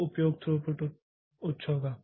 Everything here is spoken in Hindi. तो उपयोग थ्रूपुट उच्च होगा